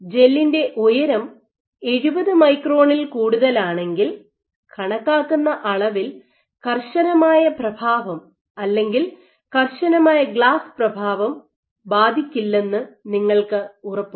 ജെല്ലിന്റെ ഉയരം 70 മൈക്രോണിൽ കൂടുതലാണെങ്കിൽ കണക്കാക്കുന്ന അളവിൽ കർശനമായ പ്രഭാവം അല്ലെങ്കിൽ കർശനമായ ഗ്ലാസ് പ്രഭാവം ബാധിക്കില്ലെന്ന് നിങ്ങൾക്ക് ഉറപ്പുണ്ട്